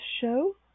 show